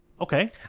Okay